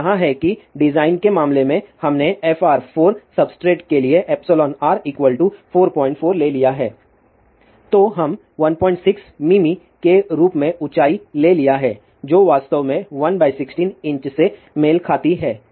तो यहाँ है कि डिजाइन के मामले में हमने FR4 सब्सट्रेट के लिए εr 44 ले लिया है तो हम 16 मिमी के रूप में ऊंचाई ले लिया है जो वास्तव में 116 इंच से मेल खाती है